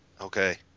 Okay